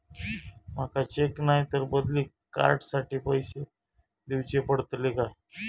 माका चेक नाय तर बदली कार्ड साठी पैसे दीवचे पडतले काय?